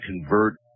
convert